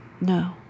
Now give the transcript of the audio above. No